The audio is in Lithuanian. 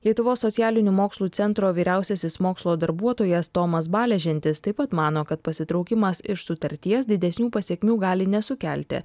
lietuvos socialinių mokslų centro vyriausiasis mokslo darbuotojas tomas baležentis taip pat mano kad pasitraukimas iš sutarties didesnių pasekmių gali nesukelti